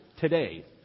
today